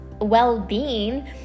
well-being